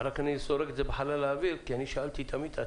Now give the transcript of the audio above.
אבל אני זורק את זה לחלל האוויר כי אני תמיד שאלתי את עצמי.